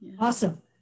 Awesome